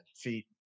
feet